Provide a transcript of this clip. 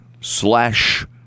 slash